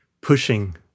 pushing